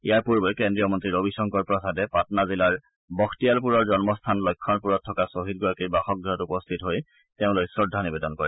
ইয়াৰ পূৰ্বে কেজ্ৰীয় মন্ত্ৰী ৰবিশংকৰ প্ৰসাদে পাটনা জিলাৰ বখটিয়ালপুৰৰ জন্মস্থান লক্ষণপুৰত থকা ছহিদগৰাকীৰ বাসগৃহত উপস্থিত হৈ তেওঁলৈ শ্ৰদ্ধা নিবেদন কৰে